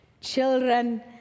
children